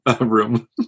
room